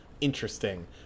interesting